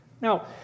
Now